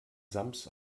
sams